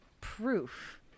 proof